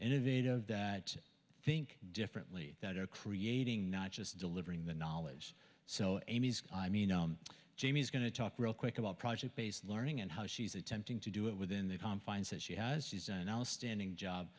innovative that think differently that are creating not just delivering the knowledge so amy i mean jamie is going to talk real quick about project based learning and how she's attempting to do it within the confines that she has she's an outstanding job